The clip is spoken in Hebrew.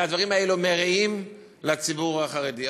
והדברים האלה מרעים עם הציבור החרדי.